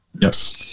Yes